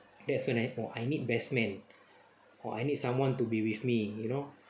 that's gonna oh I need best men or I need someone to be with me you know